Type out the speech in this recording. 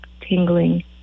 tingling